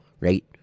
right